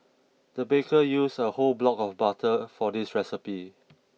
the baker used a whole block of butter for this recipe